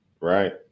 Right